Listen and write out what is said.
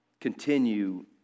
Continue